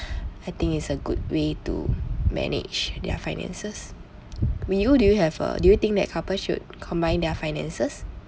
I think it's a good way to manage their finances wee you do you have a do you think that couples should combine their finances